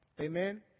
Amen